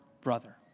brother